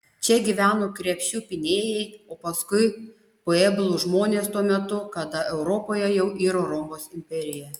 čia gyveno krepšių pynėjai o paskui pueblų žmonės tuo metu kada europoje jau iro romos imperija